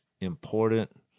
important